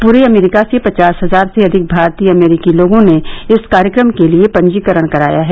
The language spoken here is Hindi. पूरे अमरीका से पचास हजार से अधिक भारतीय अमरीकी लोगों ने इस कार्यक्रम के लिए पंजीकरण कराया है